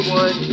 one